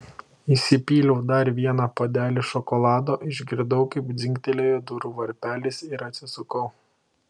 įsipyliau dar vieną puodelį šokolado išgirdau kaip dzingtelėjo durų varpelis ir atsisukau